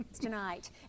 Tonight